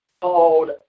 called